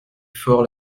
fort